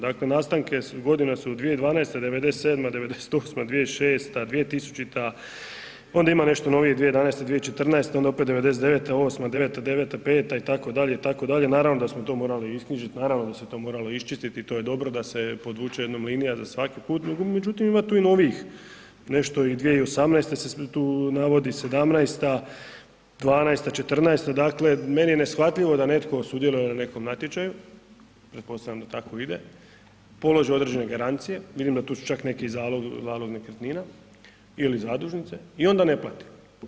Dakle, nastanke godina su u 2012., '97., '98., 2006., 2000., onda ima nešto novije 2011., 2004., onda opet '99., '98., '99., '95., itd., itd., naravno da smo to morali isknjižiti, naravno da se to moralo iščistiti i to je dobro da se podvuče jednom linija za svaki put međutim ima tu i novijih, nešto i 2018. se tu navodi, 2017., 2012., 2014., dakle meni je neshvatljivo da netko sudjeluje na nekakvom natječaju, pretpostavljam da tako ide, položi određene garancije, vidim da tu su čak neki zalog nekretnina ili zadužnice i onda ne plate.